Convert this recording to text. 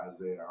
Isaiah